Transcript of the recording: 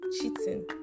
cheating